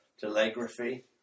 telegraphy